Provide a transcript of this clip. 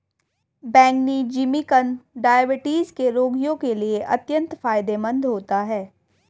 बैंगनी जिमीकंद डायबिटीज के रोगियों के लिए अत्यंत फायदेमंद होता है